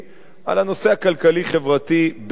על הנושא הכלכלי-חברתי באמת